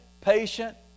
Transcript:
patient